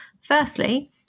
firstly